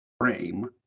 frame